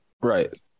Right